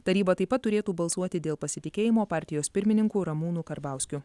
taryba taip pat turėtų balsuoti dėl pasitikėjimo partijos pirmininku ramūnu karbauskiu